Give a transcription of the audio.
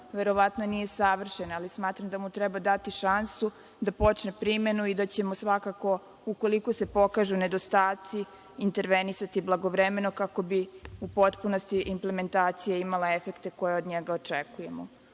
verovatno nije savršen, ali smatram da mu treba dati šansu da počne primenu i da ćemo svakako, ukoliko se pokažu nedostaci, intervenisati blagovremeno kako bi u potpunosti implementacija imala efekte koje od njega očekujemo. Ono